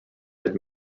had